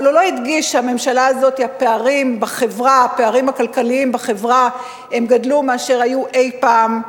אבל הוא לא הדגיש שהפערים הכלכליים בחברה גדלו מאשר היו אי-פעם,